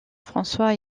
françois